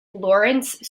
lawrence